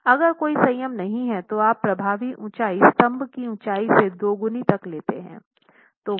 अगर कोई संयम नहीं है तो आप प्रभावी ऊंचाई स्तंभ की ऊंचाई से दोगुनी तक लेते हैं